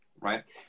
Right